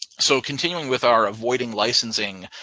so continuing with our avoiding licensing